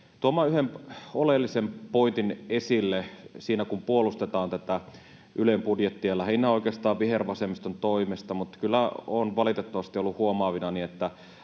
tuomaan yhden oleellisen pointin esille siinä, kun puolustetaan tätä Ylen budjettia lähinnä oikeastaan vihervasemmiston toimesta, mutta kyllä olen valitettavasti ollut huomaavinani,